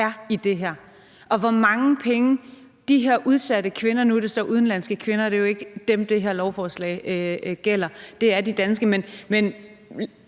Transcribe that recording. er i det her, og hvor mange penge de her udsatte kvinder tjener – nu var det så udenlandske kvinder, og det er jo ikke dem, det her lovforslag gælder for; det er de danske. Men